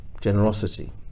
generosity